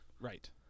Right